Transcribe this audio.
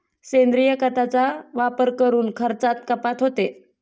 सेंद्रिय खतांचा वापर करून खर्चात कपात होते